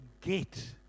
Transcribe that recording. get